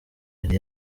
yari